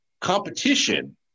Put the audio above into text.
competition